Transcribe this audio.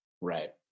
Right